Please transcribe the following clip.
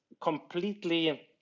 completely